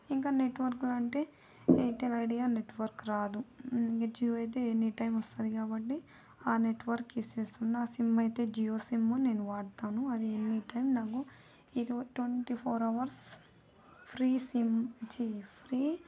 ఇంకా నెట్వర్క్ అంటే Airtel Idea network రాదు జియో అయితే ఎనీ టైం వస్తుంది కాబట్టి ఆ నెట్వర్క్ యూజ్ చేస్తున్నా ఆ సిమ్ అయితే జియో సిమ్ నేను వాడతాను అది ఎనీ టైం నాకు ఇరవై twenty four hours free SIM చి ఫ్రీ